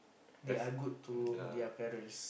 they are good to their parents